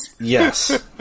Yes